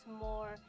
more